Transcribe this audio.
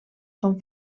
són